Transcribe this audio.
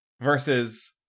Versus